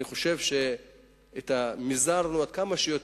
אני חושב שמזערנו ככל האפשר